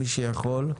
מי שיכול,